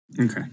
Okay